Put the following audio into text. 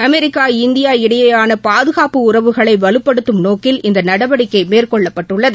America India இடையேயான பாதுகாப்பு உறவுகளை வலுப்படுத்தும் நோக்கில் இந்த நடவடிக்கை மேற்கொள்ளப்பட்டுள்ளது